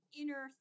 inner